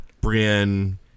Brienne